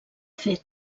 fet